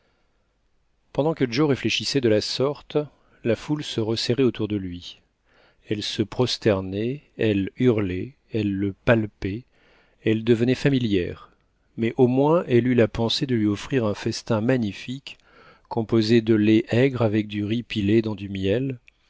pendant que joe réfléchissait de la sorte là foule se resserrait autour de lui elle se prosternait elle hurlait elle le palpait elle devenait familière mais au moins elle eut la pensée de lui offrir un festin magnifique composé de lait aigre avec du riz pilé dans du miel